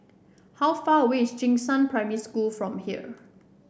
how far away is Jing Shan Primary School from here